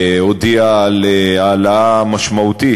הודיעה על העלאה משמעותית,